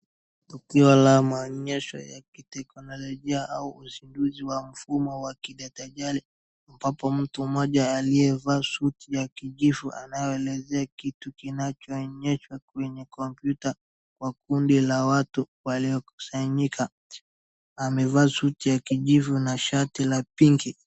Tukio la maonyesho ya kiteknolojia, au usiduzi wa mfumo wa kidatajali, ambapo mtu mmoja aliyevaa suti ya kijivu anayoelezea kitu kinachoonyeshwa kwa kompyuta kwa kundi la watu waliokusanyika, amevaa suti ya kijivu na shati la pink .